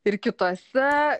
ir kituose